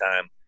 time